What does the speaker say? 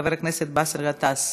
חבר הכנסת באסל גטאס,